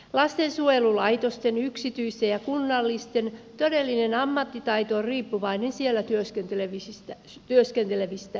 lastensuojelulaitosten yksityisten ja kunnallisten todellinen ammattitaito on riippuvainen siellä työskentelevistä ihmisistä